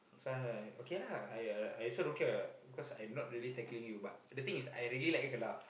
so I'm like okay lah I uh I also don't care what because I not really tackling you but the thing is I really like her laugh